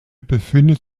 befindet